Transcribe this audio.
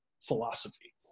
philosophy